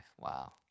Wow